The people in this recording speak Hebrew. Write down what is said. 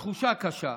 והתחושה הקשה,